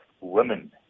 women